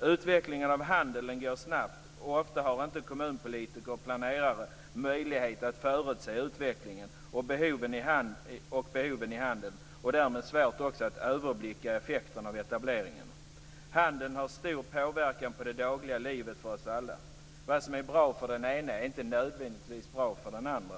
Utvecklingen av handeln går snabbt. Ofta har kommunpolitiker och planerare inte möjlighet att förutse utvecklingen och behoven i handeln, och därmed har man också svårt att överblicka effekterna av etableringarna. Handeln har stor påverkan på det dagliga livet för oss alla. Vad som är bra för den ena är inte nödvändigtvis bra för den andra.